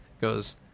goes